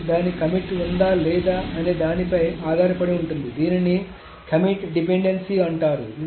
commit దాని commit ఉందా లేదా అనే దానిపై ఆధారపడి ఉంటుంది దీనిని కమిట్ డిపెండెన్సీ అంటారు